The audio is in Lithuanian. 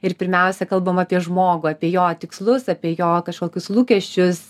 ir pirmiausia kalbam apie žmogų apie jo tikslus apie jo kažkokius lūkesčius